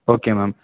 okay ma'am